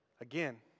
again